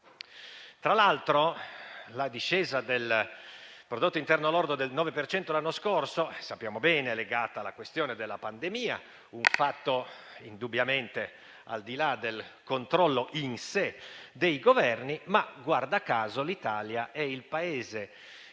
Tra l'altro, la discesa del prodotto interno lordo del 9 per cento l'anno scorso, come sappiamo bene, è sì legata alla questione della pandemia, un fatto indubbiamente al di là del controllo in sé dei Governi, ma guarda caso l'Italia è il Paese che